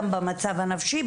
גם במצלב הנפשי,